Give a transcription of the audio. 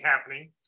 happening